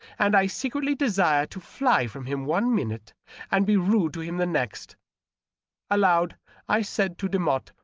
and i secretly desire to fly from him one minute and be rude to him the next aloud i said to demotte,